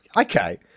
Okay